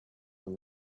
and